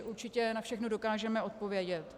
Určitě na všechno dokážeme odpovědět.